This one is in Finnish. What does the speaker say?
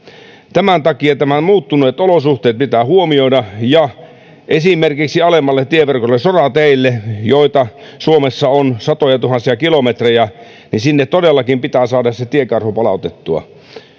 tämän takia muuttuneet olosuhteet pitää huomioida ja esimerkiksi alemmalle tieverkolle sorateille joita suomessa on satojatuhansia kilometrejä pitää todellakin saada palautettua tiekarhu